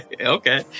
Okay